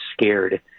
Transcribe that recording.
scared